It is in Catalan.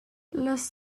les